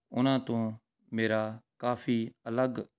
ਉਹਨਾਂ ਤੋਂ ਮੇਰਾ ਕਾਫੀ ਅਲੱਗ